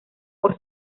por